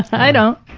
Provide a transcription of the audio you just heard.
i don't.